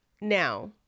now